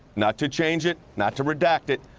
not to change it, not to redact it,